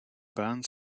band